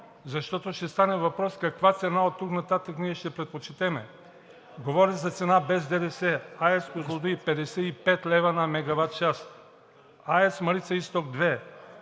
защото ще стане въпрос каква цена оттук нататък ние ще предпочетем. Говоря за цена без ДДС: АЕЦ „Козлодуй“ – 55 лв. на мегаватчас, ТЕЦ „Марица изток 2“